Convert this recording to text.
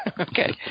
Okay